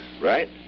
Right